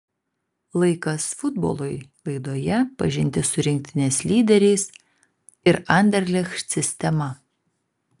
laikas futbolui laidoje pažintis su rinktinės lyderiais ir anderlecht sistema